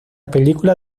película